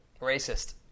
Racist